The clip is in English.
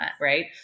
right